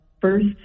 first